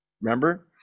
Remember